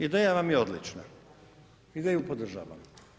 Ideja vam je odlična, ideju podržavam.